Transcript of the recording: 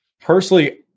personally